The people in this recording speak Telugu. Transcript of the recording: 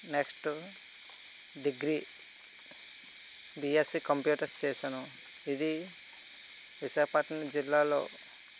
నెక్స్ట్ డిగ్రీ బిఎస్సీ కంప్యూటర్స్ చేశాను ఇది విశాఖపట్నం జిల్లాలో